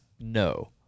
no